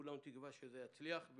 כולנו תקווה שזה יצליח.